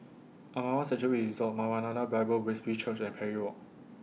Amara Sanctuary Resort Maranatha Bible Presby Church and Parry Walk